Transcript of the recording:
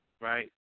Right